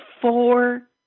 four